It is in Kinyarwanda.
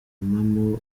impamo